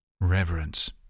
Reverence